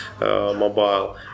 mobile